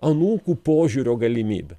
anūkų požiūrio galimybę